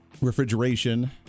refrigeration